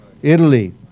Italy